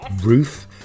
Ruth